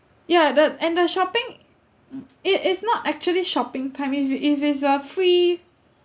ya that and the shopping it it's not actually shopping time it it's a free